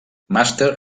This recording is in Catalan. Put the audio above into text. màster